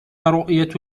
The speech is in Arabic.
رؤية